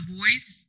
voice